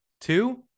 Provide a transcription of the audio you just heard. Two